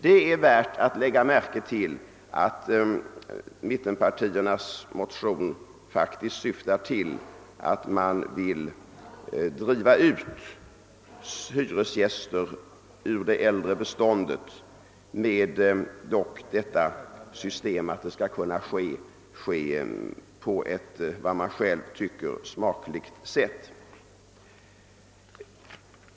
Det är värt att lägga märke till att mittenpartiernas motion faktiskt syftar till att driva ut hyresgäster ur det äldre bostadsbeståndet, dock genom ett system som innebär att det skall kunna ske på ett, som man själv tycker, smakligt sätt.